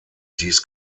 dies